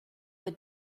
had